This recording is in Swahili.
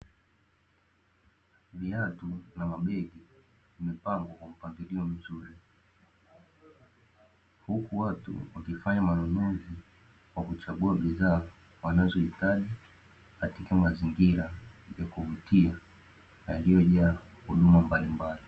Viatu na mabegi vimepangwa kwa mpangilio mzuri, huku watu wakifanya manunuzi kwa kuchagua bidhaa wanazohitaji katika mazingira ya kuvutia yaliyojaa huduma mbalimbali.